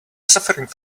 suffering